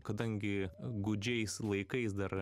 kadangi gūdžiais laikais dar